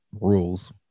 rules